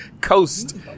coast